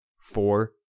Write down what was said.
four